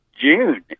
June